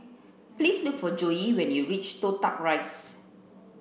please look for Joye when you reach Toh Tuck Rise